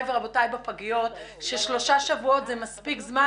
ורבותיי בפגיות ששלושה שבועות זה מספיק זמן.